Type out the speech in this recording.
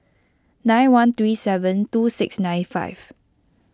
nine one three seven two six nine five